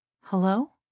Hello